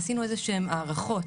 עשינו איזה שהן הערכות,